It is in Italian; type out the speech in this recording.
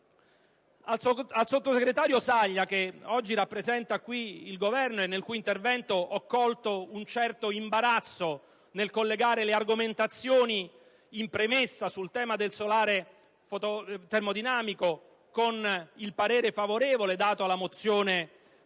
Al sottosegretario Saglia, che oggi rappresenta qui il Governo e nel cui intervento ho colto un certo imbarazzo nel collegare le argomentazioni in premessa sul tema del solare termodinamico con il parere favorevole dato alla mozione del